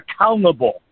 accountable